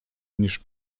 niż